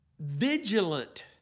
vigilant